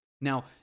Now